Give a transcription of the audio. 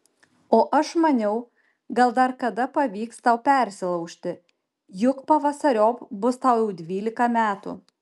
o aš maniau gal dar kada pavyks tau persilaužti juk pavasariop bus tau jau dvylika metų